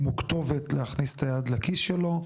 אם הוא כתובת להכניס את היד לכיס שלו,